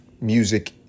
music